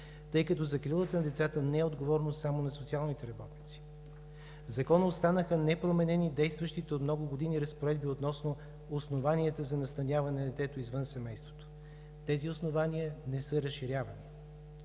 тъй като закрилата на децата не е отговорност само на социалните работници. В Закона останаха непроменени действащите от много години разпоредби относно основанията за настаняване на детето извън семейството. Тези основания не са разширявани.